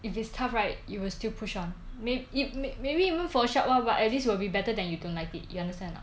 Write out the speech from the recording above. if it's tough right you will still push on may~ may~ maybe even for a short while but at least will be better than you don't like it you understand or not